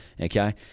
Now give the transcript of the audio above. okay